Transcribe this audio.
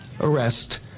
arrest